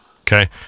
Okay